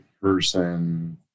person